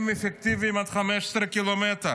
הם אפקטיביים עד 15 ק"מ.